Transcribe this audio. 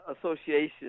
association